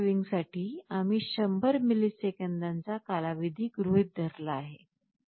motor ड्रायव्हिंगसाठी आम्ही १०० मिलिसेकंदांचा कालावधी गृहीत धरला आहे